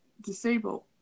disabled